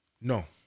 no